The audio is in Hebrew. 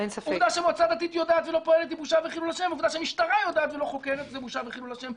עובדה שהמועצה הדתית יודעת ולא פועלת היא בושה וחילול השם,